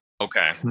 Okay